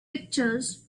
pictures